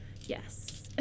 Yes